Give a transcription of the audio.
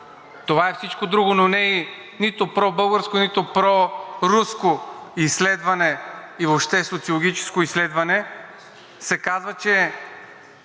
това е всичко друго, но не е нито пробългарско, нито проруско изследване, и въобще социологическо изследване,